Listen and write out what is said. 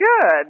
Good